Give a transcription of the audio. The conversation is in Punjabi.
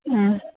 ਹੂੰ